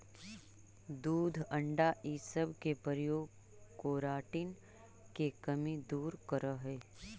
दूध अण्डा इ सब के प्रयोग केराटिन के कमी दूर करऽ हई